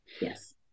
Yes